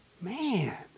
Man